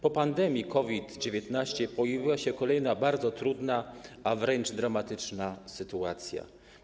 Po pandemii COVID-19 pojawiła się kolejna bardzo trudna, a wręcz dramatyczna sytuacja.